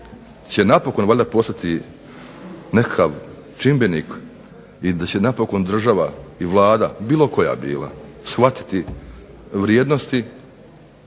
će napokon valjda postati nekakav čimbenik i da će napokon država i Vlada bilo koja bila shvatiti vrijednosti